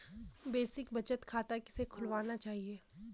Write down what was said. Basic बचत खाता किसे खुलवाना चाहिए?